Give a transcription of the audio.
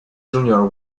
junior